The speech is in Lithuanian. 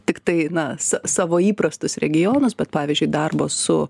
tiktai na sa savo įprastus regionus bet pavyzdžiui darbo su